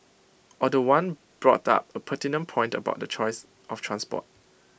although one brought up A pertinent point about the choice of transport